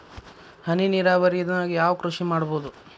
ಹನಿ ನೇರಾವರಿ ನಾಗ್ ಯಾವ್ ಕೃಷಿ ಮಾಡ್ಬೋದು?